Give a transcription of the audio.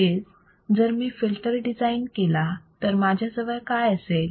म्हणजेच जर मी फिल्टर डिझाईन केला तर माझ्याजवळ काय असेल